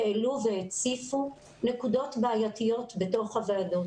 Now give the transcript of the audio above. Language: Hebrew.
העלו והציפו נקודות בעייתיות בתוך הוועדות